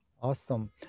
Awesome